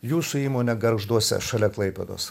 jūsų įmonę gargžduose šalia klaipėdos